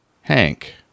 Hank